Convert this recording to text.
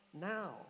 now